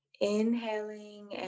inhaling